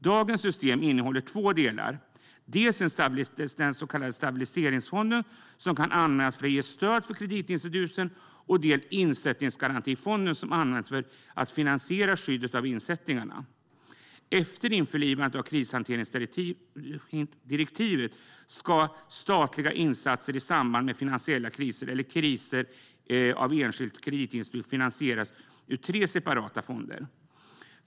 Dagens system innehåller två delar, dels stabilitetsfonden som kan användas för att ge stöd för kreditinstitut, dels insättningsgarantifonden som används för att finansiera skyddet av insättningar. Efter införlivandet av krishanteringsdirektivet ska statliga insatser i samband med finansiella kriser eller kriser i enskilt kreditinstitut finansieras ur tre separata fonder.